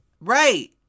Right